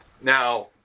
Now